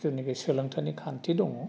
जेनाखि सोलोंथाइनि खान्थि दङ